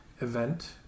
Event